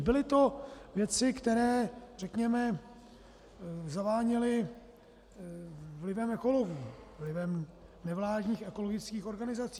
Byly to věci, které, řekněme, zaváněly vlivem ekologů, vlivem nevládních ekologických organizací.